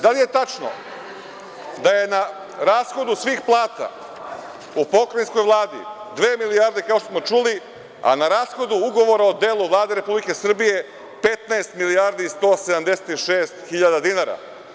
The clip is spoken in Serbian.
Da li je tačno da je na rashodu svih plata u pokrajinskoj Vladi, dve milijarde, kao što smo čuli, a na rashodu ugovora o delu Vlade Republike Srbije 15 milijardi i 176 hiljada dinara?